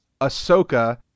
Ahsoka